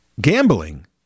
gambling